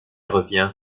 revient